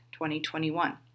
2021